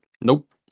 Nope